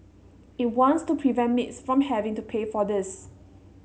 it wants to prevent maids from having to pay for this